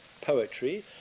poetry